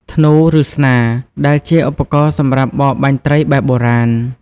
ធ្នូ ឬស្នា ដែលជាឧបករណ៍សម្រាប់បរបាញ់ត្រីបែបបុរាណ។